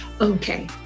okay